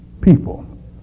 people